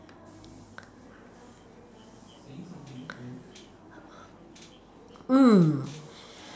mm